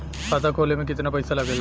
खाता खोले में कितना पईसा लगेला?